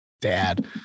dad